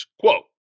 Quote